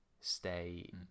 stay